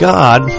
God